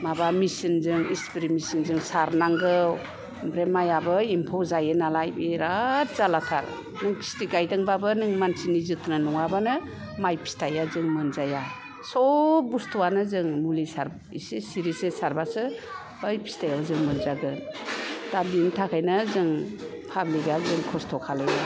माबा मेचिनजों स्प्रे मेचिनजों सारनांगौ ओमफ्राय माइआबो एम्फौ जायो नालाय बिराथ जाललाथार नों केथि गायदोंबाबो नों मानसिनि जथ्न' नङाबानो माइ फिथाइआ जों मोनजाया सब बुस्थुआनो जों मुलि सारो इसे सिरिसे सारबासो बै फिथाइआव जों मोनजागोन दा बिनि थाखायनो जों पाब्लिकआ जों खस्थ' खालाया